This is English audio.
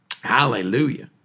Hallelujah